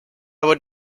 would